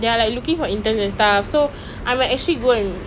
கொஞ்சம் : konjam shy அந்த : antha category லே:le but